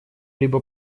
либо